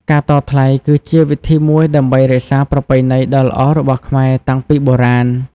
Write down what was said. ការតថ្លៃគឺជាវិធីមួយដើម្បីរក្សាប្រពៃណីដ៏ល្អរបស់ខ្មែរតាំងពីបុរាណ។